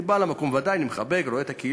אני בא למקום, בוודאי, אני מחבק, רואה את הקהילה,